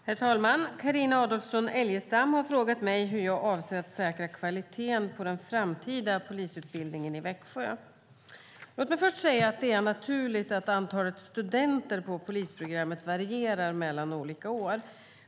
Herr talman! Carina Adolfsson Elgestam har frågat mig hur jag avser att säkra kvaliteten på den framtida polisutbildningen i Växjö. Låt mig först säga att det är naturligt att antalet studenter på polisprogrammet varierar mellan olika år.